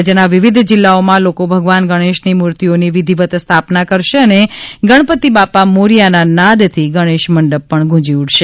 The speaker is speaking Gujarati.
રાજ્યના વિવિધ જિલ્લાઓમાં લોકો ભગવાન ગણેશની મૂર્તિઓની વિધિવત સ્થાપના કરશે અને ગણપતિ બાપા મોરિયાના નાદથી ગણેશ મંડપ ગૂંજી ઉઠશે